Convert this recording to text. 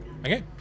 Okay